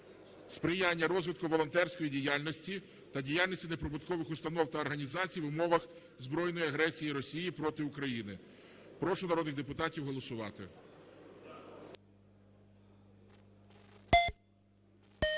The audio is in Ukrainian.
сприяння розвитку волонтерської діяльності та діяльності неприбуткових установ та організацій в умовах збройної агресії Росії проти України. Прошу народних депутатів голосувати.